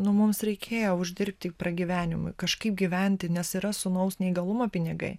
nu mums reikėjo uždirbti pragyvenimui kažkaip gyventi nes yra sūnaus neįgalumo pinigai